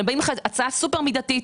אבל באים לך עם הצעה סופר מידתית.